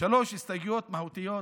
שלוש הסתייגויות מהותיות.